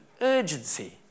urgency